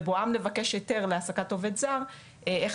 בבואם לבקש הייתר בהעסקת עובד זר איך